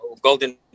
golden